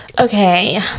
okay